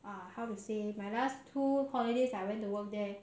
uh how to say my last two holidays I went to work there